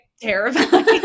Terrifying